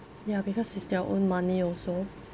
ya because it's their own money also